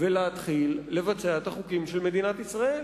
ולהתחיל לבצע את החוקים של מדינת ישראל,